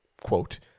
quote